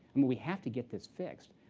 i mean we have to get this fixed.